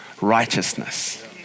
righteousness